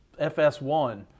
FS1